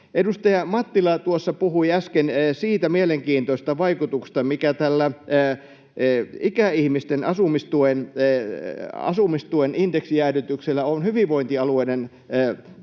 Edustaja Mattila tuossa puhui äsken siitä mielenkiintoisesta vaikutuksesta, mikä tällä ikäihmisten asumistuen indeksijäädytyksellä on hyvinvointialueiden talouteen.